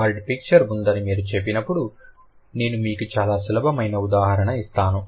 word picture ఉందని మీరు చెప్పినప్పుడు నేను మీకు చాలా సులభమైన ఉదాహరణ ఇస్తాను